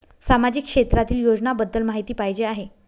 सामाजिक क्षेत्रातील योजनाबद्दल माहिती पाहिजे आहे?